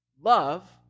Love